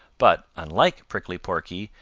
but, unlike prickly porky,